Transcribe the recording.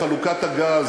בחלוקת הגז,